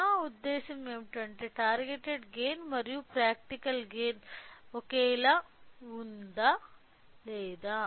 నా ఉద్దేశ్యం ఏమిటంటే టార్గెటెడ్ గైన్ మరియు ప్రాక్టికల్ గైన్ ఒకేలా ఉందా లేదా